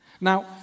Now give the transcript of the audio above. Now